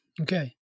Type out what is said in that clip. Okay